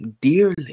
dearly